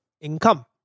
income